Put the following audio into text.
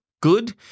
good